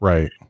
Right